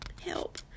Help